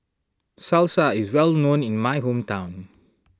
Salsa is well known in my hometown